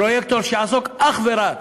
פרויקטור שיעסוק אך ורק